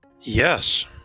yes